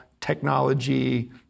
technology